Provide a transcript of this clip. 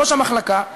ראש המחלקה,